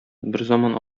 берзаман